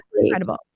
incredible